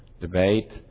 Debate